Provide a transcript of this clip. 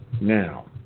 Now